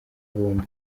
bombi